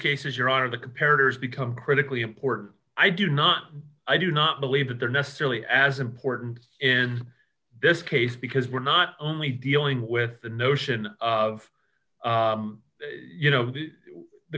cases your honor the comparative has become critically important i do not i do not believe that they're necessarily as important in this case because we're not only dealing with the notion of you know the